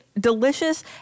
delicious